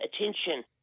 attention